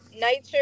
nature